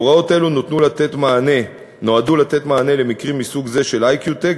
הוראות אלה נועדו לתת מענה למקרים מסוג זה של "איקיוטק",